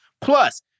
Plus